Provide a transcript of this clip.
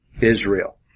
Israel